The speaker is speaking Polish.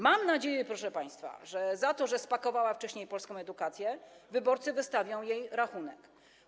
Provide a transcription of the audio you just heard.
Mam nadzieję, proszę państwa, że za to, że spakowała wcześniej polską edukację, wyborcy wystawią jej rachunek.